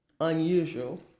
unusual